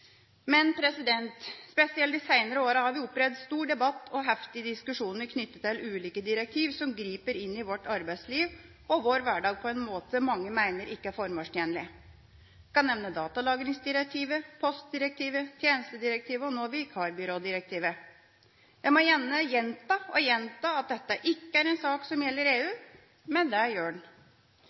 Men spesielt i de seinere åra har vi opplevd stor debatt og heftige diskusjoner knyttet til ulike direktiv som griper inn i vårt arbeidsliv og vår hverdag på en måte mange mener ikke er formålstjenlig. Jeg kan nevne datalagringsdirektivet, postdirektivet, tjenestedirektivet og nå vikarbyrådirektivet. En må gjerne gjenta og gjenta at dette ikke er en sak som gjelder EU, men det gjør den.